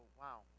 wow